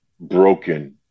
broken